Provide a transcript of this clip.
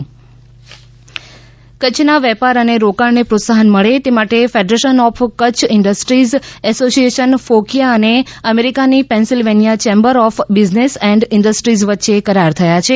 કરાર કચ્છ કચ્છના વેપાર અને રોકાણને પ્રોત્સાહન મળે તે માટે federation of Kutch industries association ફોકીયા અને અમેરિકાની Pennsylvania chamber of business and industries વચ્ચે કરાર થયા છે